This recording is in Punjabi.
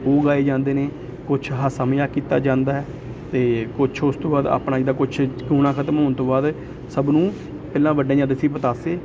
ਉਹ ਗਾਏ ਜਾਂਦੇ ਨੇ ਕੁਛ ਹਾਸਾ ਮਜ਼ਾਕ ਕੀਤਾ ਜਾਂਦਾ ਅਤੇ ਕੁਛ ਉਸ ਤੋਂ ਬਾਅਦ ਆਪਣਾ ਜਿਹੜਾ ਕੁਛ ਖਤਮ ਹੋਣ ਤੋਂ ਬਾਅਦ ਸਭ ਨੂੰ ਪਹਿਲਾਂ ਵੰਡੇ ਜਾਂਦੇ ਸੀ ਪਤਾਸੇ